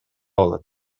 болот